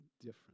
different